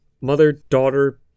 mother-daughter